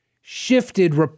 shifted